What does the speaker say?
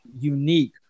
unique